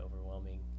overwhelming